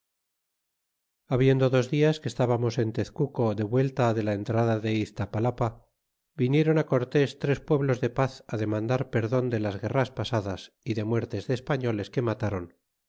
habiendo dos dias que estábamos en tezcuco de vuelta de la entrada de iztapalapa vinieron cortés tres pueblos de paz demandar perdon de las guerras pasadas y de muertes de espagoles que mataron